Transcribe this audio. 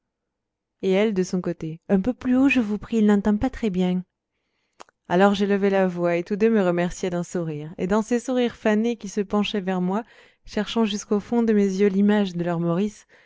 et elle de son côté un peu plus haut je vous prie il n'entend pas très bien alors j'élevais la voix et tous deux me remerciaient d'un sourire et dans ces sourires fanés qui se penchaient vers moi cherchant jusqu'au fond de mes yeux l'image de leur maurice